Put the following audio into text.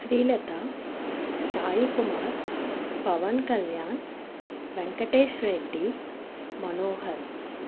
Srilatha Saikumar Pawan Kalyan Venkatesh Reddy Manohar